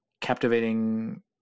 Captivating